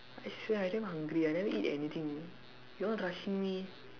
I swear I damn hungry I never eat anything you all rushing me